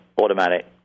automatic